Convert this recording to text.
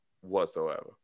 whatsoever